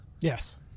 yes